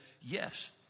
yes